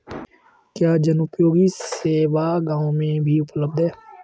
क्या जनोपयोगी सेवा गाँव में भी उपलब्ध है?